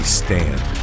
stand